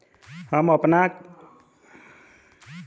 हम अपना फसल के ज्यादा लाभ पर ऑनलाइन कइसे बेच सकीला?